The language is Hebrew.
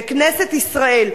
בכנסת ישראל.